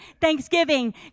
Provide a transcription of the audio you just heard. thanksgiving